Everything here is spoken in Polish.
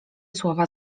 słowa